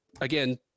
again